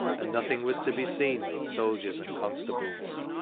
and nothing was to be seen but soldieis and constables.